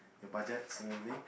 your budget and everything